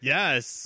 Yes